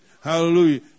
Hallelujah